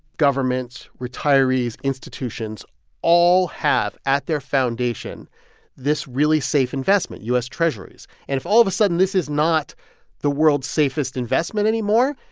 governments, retirees, institutions all have at their foundation this really safe investment, u s. treasuries. and if, all of a sudden, this is not the world's safest investment anymore,